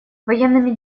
военными